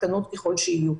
קטנות ככל שיהיו.